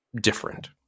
different